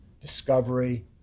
discovery